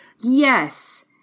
Yes